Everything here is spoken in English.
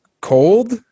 cold